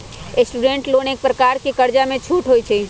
student loan एक प्रकार के कर्जामें छूट होइ छइ